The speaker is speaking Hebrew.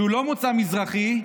שהוא לא מוצא מזרחי,